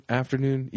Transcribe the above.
afternoon